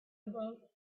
about